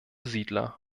siedler